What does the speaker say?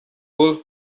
rule